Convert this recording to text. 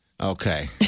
Okay